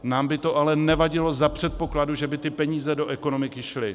Nám by to ale nevadilo za předpokladu, že by ty peníze do ekonomiky šly.